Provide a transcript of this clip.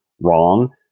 wrong